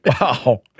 Wow